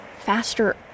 faster